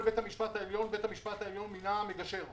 פרקליט מחוז תל אביב (אזרחי) בעבר.